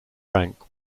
rank